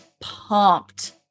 pumped